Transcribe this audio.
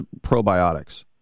probiotics